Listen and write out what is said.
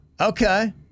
okay